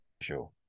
sure